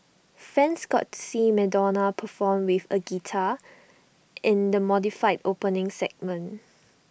fans got to see Madonna perform with A guitar in the modified opening segment